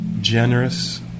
generous